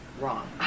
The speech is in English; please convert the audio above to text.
Wrong